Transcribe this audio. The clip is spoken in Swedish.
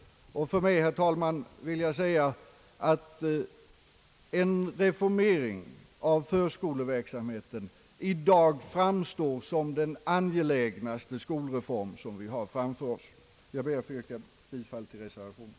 För mig framstår i dag, herr talman, en anknytning av förskoleverksamheten till det allmänna skolväsendet som den angelägnaste skolreformen. Jag ber att få yrka bifall till reservationen.